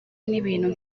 n’ibintu